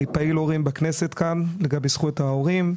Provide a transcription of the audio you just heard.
אני פעיל הורים בכנסת לגבי זכויות ההורים,